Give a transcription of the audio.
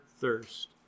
thirst